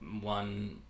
one